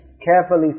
carefully